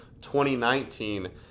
2019